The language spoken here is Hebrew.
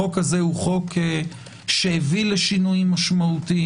החוק הזה הוא חוק שהביא לשינויים משמעותיים.